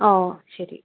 ആ ഒ ശരി